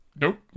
nope